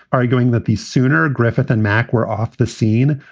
arguing that the sooner griffith and mac were off the scene,